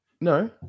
No